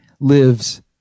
lives